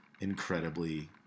incredibly